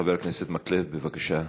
חבר הכנסת מקלב, בבקשה.